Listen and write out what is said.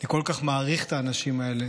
אני כל כך מעריך את האנשים האלה